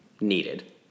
needed